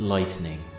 lightning